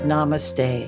Namaste